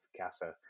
CASA